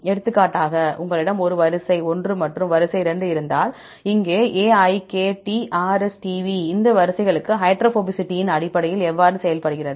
எடுத்துக்காட்டாக உங்களிடம் ஒரு வரிசை 1 மற்றும் வரிசை 2 இருந்தால் இங்கே AIKT RSTV இந்த வரிசைகளுக்கு ஹைட்ரோபோபசிட்டியின் அடிப்படையில் எவ்வாறு செயல்படுகிறது